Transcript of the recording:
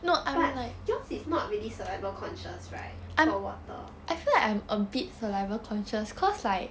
but yours it's not really saliva conscious right for water